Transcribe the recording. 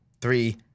three